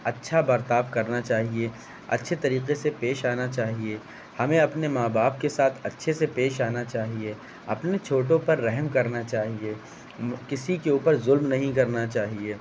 اچھا برتاؤ کرنا چاہیے اچھے طریقے سے پیش آنا چاہیے ہمیں اپنے ماں باپ کے ساتھ اچھے سے پیش آنا چاہیے اپنے چھوٹوں پر رحم کرنا چاہیے کسی کے اوپر ظلم نہیں کرنا چاہیے